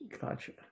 Gotcha